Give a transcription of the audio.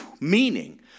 meaning